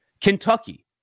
Kentucky